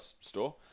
store